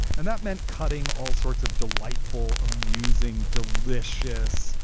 and that meant cutting all sorts of delightful, amusing, delicious,